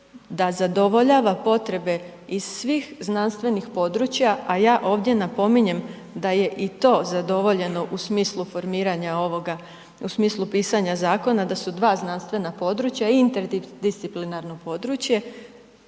da zadovoljava potrebe iz svih znanstvenih područja, a ja ovdje napominjem da je i to zadovoljeno u smislu formiranja ovoga, u smislu pisanja zakona, da su dva znanstvena područja, interdisciplinarno područje